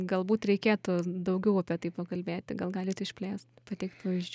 galbūt reikėtų daugiau apie tai pakalbėti gal galit išplėst pateikt pavyzdžių